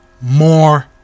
More